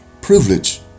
privilege